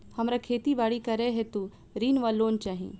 हमरा खेती बाड़ी करै हेतु ऋण वा लोन चाहि?